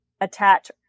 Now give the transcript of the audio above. attach